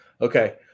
Okay